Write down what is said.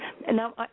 Now